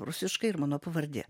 rusiškai ir mano pavardė